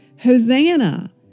Hosanna